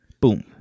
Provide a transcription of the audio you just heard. Boom